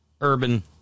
urban